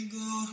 go